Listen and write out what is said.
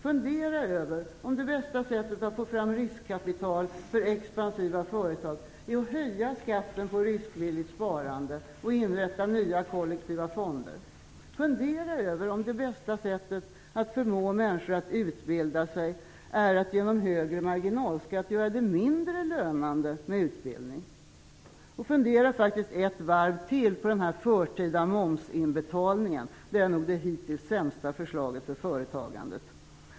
Fundera över om det bästa sättet att få fram riskkapital för expansiva företag är att höja skatten på riskvilligt sparande och att inrätta nya kollektiva fonder. Fundera över om det bästa sättet att förmå människor att utbilda sig är att genom högre marginalskatt göra det mindre lönande med utbildning. Fundera faktiskt ett varv till på den förtida momsinbetalningen. Det är nog det hittills sämsta förslaget för företagandet.